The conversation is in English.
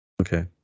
Okay